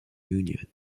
union